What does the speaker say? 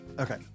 Okay